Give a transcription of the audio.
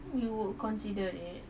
you will considered it